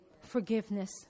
Forgiveness